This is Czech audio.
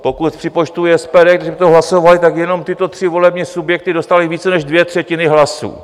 Pokud připočtu SPD, kteří o tom hlasovali, tak jenom tyto tři volební subjekty dostaly více než dvě třetiny hlasů.